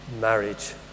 marriage